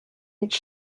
each